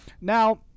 Now